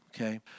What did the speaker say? okay